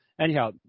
anyhow